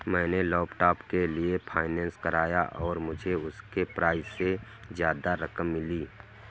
मैंने लैपटॉप के लिए फाइनेंस कराया और मुझे उसके प्राइज से ज्यादा रकम मिली